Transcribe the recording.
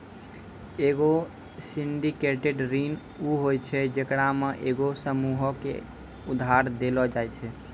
एगो सिंडिकेटेड ऋण उ होय छै जेकरा मे एगो समूहो के उधार देलो जाय छै